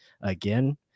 again